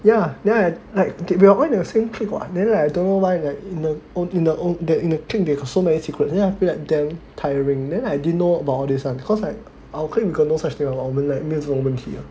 ya ya like we are going for the same trip [what] then I don't know why like you know in the own in the own in the clique they got so many secrets then after that damn tiring then I didn't know about all this [one] because like our clique we got no such thing 我们没有这种问题